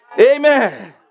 Amen